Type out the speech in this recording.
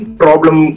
problem